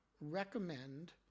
recommend